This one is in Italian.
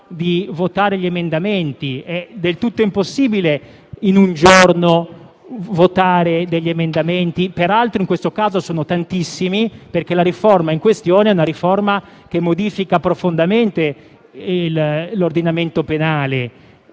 di votarli. È del tutto impossibile in un giorno votare gli emendamenti; peraltro in questo caso sono tantissimi, perché la riforma in questione modifica profondamente l'ordinamento penale,